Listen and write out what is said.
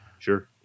Sure